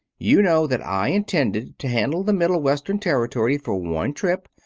you know that i intended to handle the middle western territory for one trip,